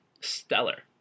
stellar